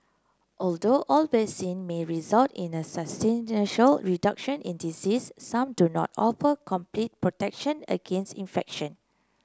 although all vaccine may result in a substantial reduction in disease some do not offer complete protection against infection